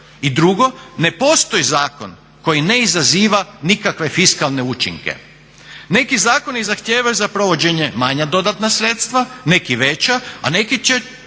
I drugo, ne postoji zakon koji ne izaziva nikakve fiskalne učinke. Neki zakoni zahtijevaju za provođenje manja dodatna sredstva, neki veća, a neki će